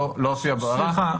לא תהיה ברירה,